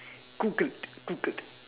googled googled